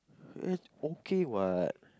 it's okay what